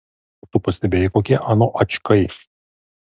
o tu pastebėjai kokie ano ačkai